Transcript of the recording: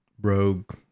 rogue